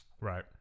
Right